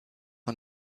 und